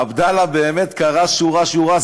עבדאללה באמת קרא שורה-שורה,